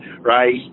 right